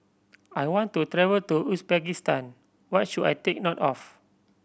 I want to travel to Uzbekistan what should I take note of